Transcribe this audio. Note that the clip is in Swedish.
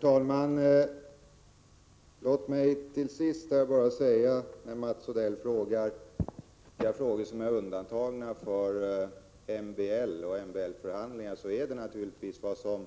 Herr talman! Mats Odell undrar vilka frågor som är undantagna från MBL och MBL-förhandlingar. Naturligtvis är det vad som